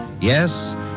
Yes